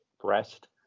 breast